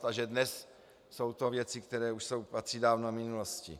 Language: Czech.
A že dnes jsou to věci, které už patří dávno minulosti.